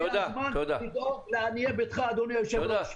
הגיע הזמן לדאוג לעניי ביתך, אדוני היושב-ראש.